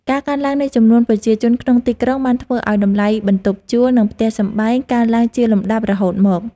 ការកើនឡើងនៃចំនួនប្រជាជនក្នុងទីក្រុងបានធ្វើឱ្យតម្លៃបន្ទប់ជួល និងផ្ទះសម្បែងកើនឡើងជាលំដាប់រហូតមក។